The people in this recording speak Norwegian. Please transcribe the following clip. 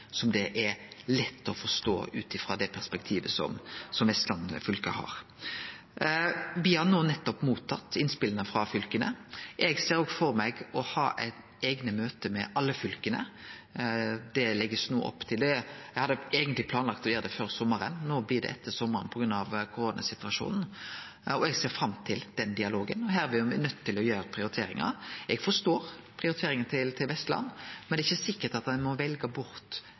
som det er lett å forstå ut frå det perspektivet som Vestland fylke har. Me har nettopp tatt imot innspela frå fylka. Eg ser for meg å ha eigne møte med alle fylka. Det blir no lagt opp til det. Eg hadde eigentleg planlagt å gjere det før sommaren, no blir det etter sommaren på grunn av koronasituasjonen. Eg ser fram til den dialogen. Her blir me nøydde til å gjere prioriteringar. Eg forstår prioriteringa til Vestland. Men det er ikkje sikkert at ein må velje bort